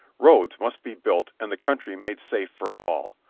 roads must be built and the country made safe for all.